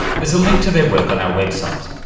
there's a link to their work on our website.